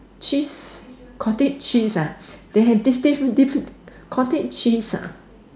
cheese cottage cheese ah they have this this cottage cheese